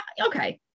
Okay